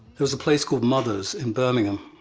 there was a place called mothers in birmingham,